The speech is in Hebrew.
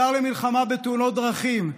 שר למלחמה בתאונות הדרכים,